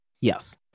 Yes